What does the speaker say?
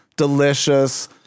delicious